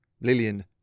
Lillian